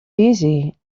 easy